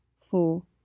four